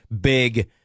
big